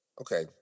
Okay